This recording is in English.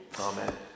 Amen